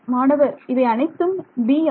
மாணவர் இவை அனைத்தும் b யா